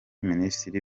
minisitiri